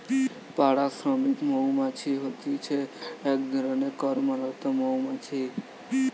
পাড়া শ্রমিক মৌমাছি হতিছে এক ধরণের কর্মরত মৌমাছি